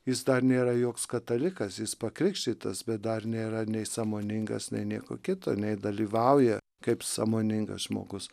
jis dar nėra joks katalikas jis pakrikštytas bet dar nėra nei sąmoningas nei nieko kito nei dalyvauja kaip sąmoningas žmogus